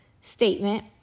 statement